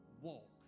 walk